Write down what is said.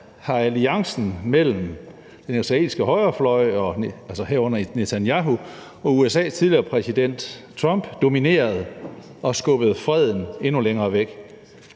har alliancen mellem den israelske højrefløj, herunder Benjamin Netanyahu, og USA's tidligere præsident Donald Trump domineret og skubbet freden endnu længere væk.